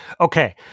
Okay